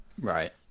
Right